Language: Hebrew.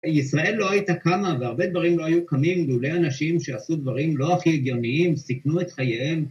ישראל לא הייתה קמה, והרבה דברים לא היו קמים, לולי אנשים שעשו דברים לא הכי הגיוניים, סיכנו את חייהם.